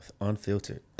unfiltered